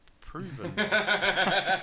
proven